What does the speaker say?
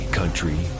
country